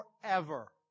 forever